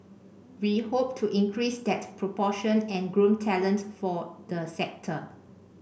we hope to increase that proportion and groom talent for the sector